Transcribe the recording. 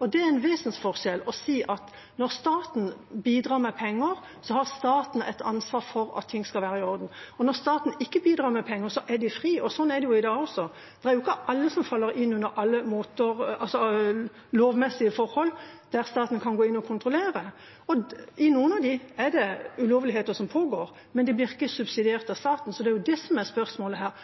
og det er en vesensforskjell fra å si at når staten bidrar med penger, har staten et ansvar for at ting skal være i orden. Når staten ikke bidrar med penger, er de fri, og sånn er det i dag også. Det er jo ikke alle som faller inn under alle lovmessige forhold der staten kan gå inn og kontrollere. I noen av disse pågår det ulovligheter, men de blir ikke subsidiert av staten. Så det er det som er spørsmålet her: